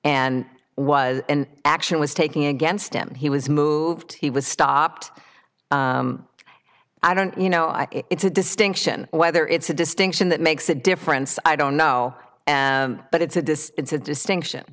and was an action was taking against him he was moved he was stopped i don't you know i it's a distinction whether it's a distinction that makes a difference i don't know but it's a dis it's a distinction